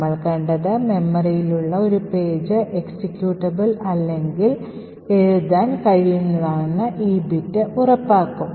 നമ്മൾ കണ്ടത് മെമ്മറിയിലുള്ള ഒരു പേജ് എക്സിക്യൂട്ടബിൾ അല്ലെങ്കിൽ എഴുതാൻ കഴിയുന്നതാണെന്ന് ഈ ബിറ്റ് ഉറപ്പാക്കും